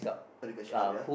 uh they got checkup ya